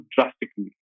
drastically